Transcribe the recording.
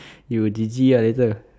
you will G G ah later